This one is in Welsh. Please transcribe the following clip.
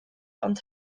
ond